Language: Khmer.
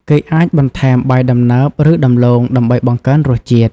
គេអាចបន្ថែមបាយដំណើប ឬដំឡូងដើម្បីបង្កើនរសជាតិ។